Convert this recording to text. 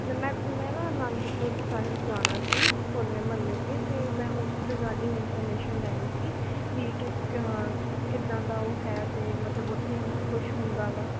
ਅਤੇ ਮੈਂ ਮੈਂ ਨਾ ਅਨੰਦਪੁਰ ਸਾਹਿਬ ਜਾਣਾ ਸੀ ਹੋਲੇ ਮਹੱਲੇ 'ਤੇ ਅਤੇ ਮੈਂ ਉਸ ਰਿਗਾਰਡਿੰਗ ਇਨਫੋਰਮੇਸ਼ਨ ਲੈਣੀ ਸੀ ਵੀ ਕਿਸ ਕਿੱਦਾਂ ਦਾ ਉਹ ਹੈ ਅਤੇ ਮਤਲਬ ਉੱਥੇ ਕੀ ਕੁਛ ਹੁੰਦਾ ਵਾ